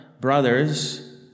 brothers